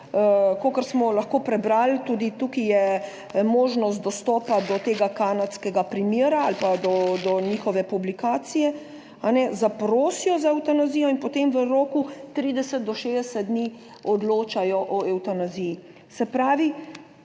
kolikor smo lahko prebrali, tudi tukaj, je možnost dostopa do tega kanadskega primera ali pa do njihove publikacije, kajne, zaprosijo za evtanazijo in potem v roku 30 do 60 dni odločajo o evtanaziji. Se pravi,